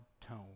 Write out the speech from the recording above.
tone